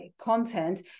content